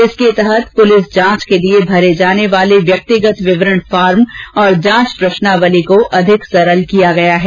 इसके तहत पूलिस जांच के लिए भरे जाने वाले व्यक्तिगत विवरण फॉर्म और जांच प्रश्नावली को अधिक सरल किया गया है